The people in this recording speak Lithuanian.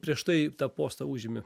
prieš tai tą postą užėmė